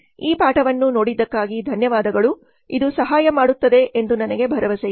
ಈ ಪಾಠವನ್ನು ನೋಡಿದ್ದಕ್ಕಾಗಿ ಧನ್ಯವಾದಗಳು ಇದು ಸಹಾಯ ಮಾಡುತ್ತದೆ ಎಂದು ನಾನು ಭಾವಿಸುತ್ತೇನೆ